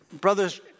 Brothers